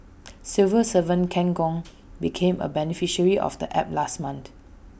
civil servant Ken Gong became A beneficiary of the app last month